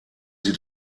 sie